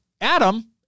Adam